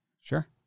sure